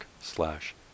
slash